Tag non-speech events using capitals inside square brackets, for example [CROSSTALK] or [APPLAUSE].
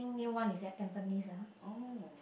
[BREATH] oh